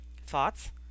Thoughts